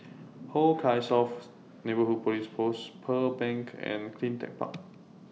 Hong Kah South Neighbourhood Police Post Pearl Bank and CleanTech Park